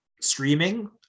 streaming